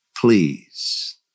Please